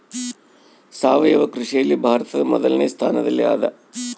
ಸಾವಯವ ಕೃಷಿಯಲ್ಲಿ ಭಾರತ ಮೊದಲನೇ ಸ್ಥಾನದಲ್ಲಿ ಅದ